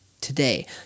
today